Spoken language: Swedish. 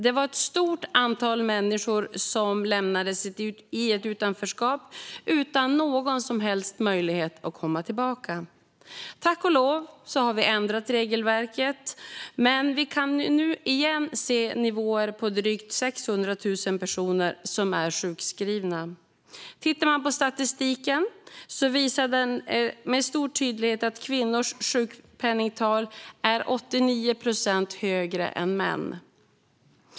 Det var ett stort antal människor som lämnades i ett utanförskap utan någon som helst möjlighet att komma tillbaka. Tack och lov har vi ändrat regelverket, men nu kan vi återigen se höga nivåer - drygt 600 000 personer är sjukskrivna. Statistiken visar med stor tydlighet att kvinnors sjukpenningtal är 89 procent högre än mäns.